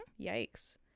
Yikes